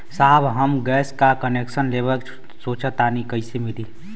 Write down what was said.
साहब हम गैस का कनेक्सन लेवल सोंचतानी कइसे मिली?